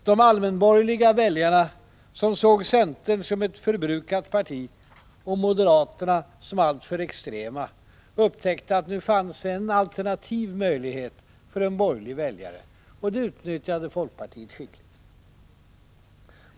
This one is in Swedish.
De allmänborgerliga väljarna, som såg centern som ett förbrukat parti och moderaterna som alltför extrema, upptäckte nu att det fanns ett alternativ för en borgerlig väljare. Det utnyttjade folkpartiet skickligt.